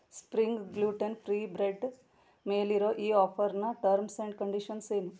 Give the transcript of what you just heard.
spring gluten free bread ಮೇಲಿರೋ ಈ ಆಫರ್ನ ಟರ್ಮ್ಸ್ ಆ್ಯಂಡ್ ಕಂಡೀಷನ್ಸ್ ಏನು